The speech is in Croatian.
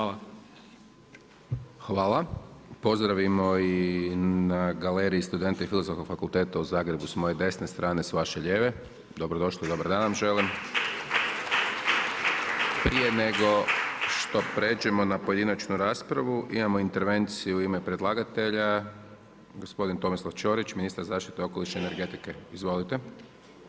Pozdravimo i na galeriji studente Filozofskog fakulteta u Zagrebu s moje strane, s vaše lijeve, dobro došli, dobar dan vam želim. Prije nego što pređemo na pojedinačnu raspravu, imamo intervenciju u ime predlagatelja, gospodin Tomislav Ćorić, ministar zaštite okoliša i energetike, izvolite.